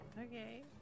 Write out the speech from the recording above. Okay